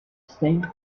saint